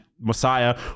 Messiah